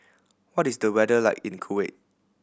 what is the weather like in Kuwait